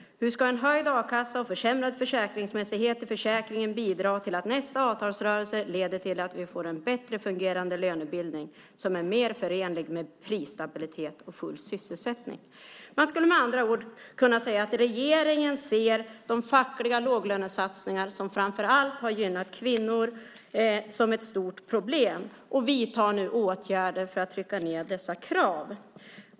- Hur ska en höjd a-kassa och försämrad försäkringsmässighet i försäkringen bidra till att nästa avtalsrörelse leder till att vi får en bättre fungerande lönebildning som är mer förenlig med prisstabilitet och full sysselsättning?" Man skulle med andra ord kunna säga att regeringen ser de fackliga låglönesatsningar som framför allt har gynnat kvinnor som ett stort problem och nu vidtar åtgärder för att trycka ned dessa krav.